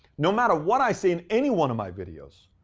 no matter what i say in any one of my videos,